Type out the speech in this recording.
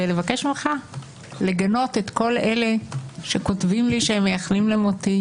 בבקשה ממך לגנות את כל אלה שכותבים לי שהם מייחלים למותי